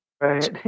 Right